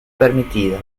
permitido